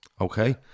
Okay